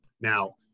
now